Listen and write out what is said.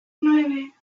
nueve